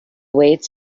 weights